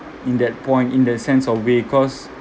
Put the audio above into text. in that point in the sense of way because